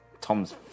Tom's